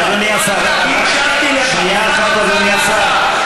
אדוני השר, שנייה אחת, אדוני השר.